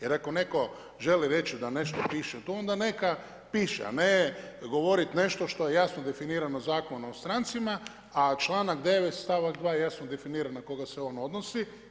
Jer ako netko želi reći da nešto piše tu, onda neka piše, a ne govorit nešto što je jasno definirano Zakonom o strancima, a članak 9. stavak 2. jasno definira na koga se on odnosi.